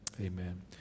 Amen